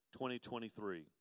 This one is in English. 2023